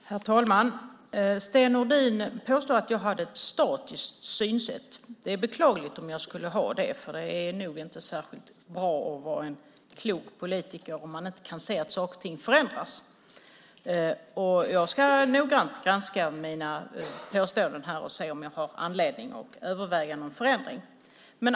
Herr talman! Sten Nordin påstod att jag hade ett statiskt synsätt. Det är beklagligt om jag skulle ha det, för om man vill vara en klok politiker är det nog inte så bra ifall man inte kan se att saker och ting förändras. Jag ska noggrant granska mina påståenden och se om jag har anledning att överväga en förändring.